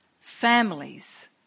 families